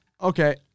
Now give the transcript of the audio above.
okay